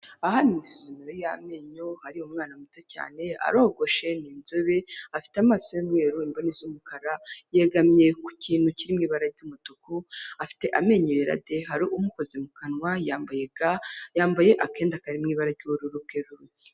Aha ni mwisuzumiriro ry'amenyo hari umwana muto cyane arogoshe n’inzobe afite amaso y'umweru ,imboni z'umukara yegamye ku kintu cyiri mw’ibara ry’umutuku afite amenyo yera nde hari umukoze mu kanwa yambaye ga ndetse yambaye akenda karimo ibara ry'ubururu bwerurutse.